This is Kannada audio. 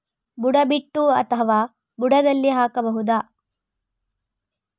ಬುಡ ಬಿಟ್ಟು ಅಥವಾ ಬುಡದಲ್ಲಿ ಹಾಕಬಹುದಾ?